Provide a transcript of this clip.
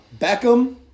beckham